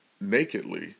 nakedly